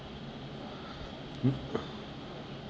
mm